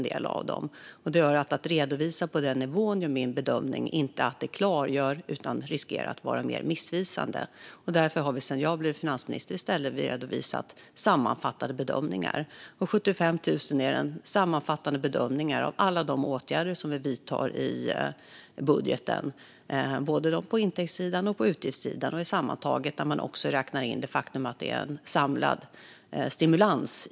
Detta gör att min bedömning är att redovisning på den nivån inte klargör utan riskerar att bli mer missvisande, och därför har vi sedan jag blev finansminister i stället redovisat sammanfattande bedömningar. 75 000 är den sammanfattande bedömningen utifrån alla de åtgärder som vi vidtar i budgeten, både på intäktssidan och på utgiftssidan. Det är sammantaget, också inräknat det faktum att det är en samlad stimulans.